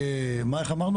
איך אמרנו,